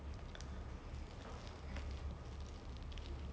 I don't think I watched the entire thing but ya I I watched it lah